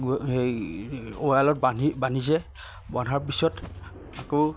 হেৰি উৰালত বান্ধি বান্ধিছে বন্ধাৰ পিছত আকৌ